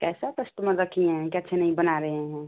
कैसा कस्टमर रखी हैं कि अच्छे नहीं बना रहे हैं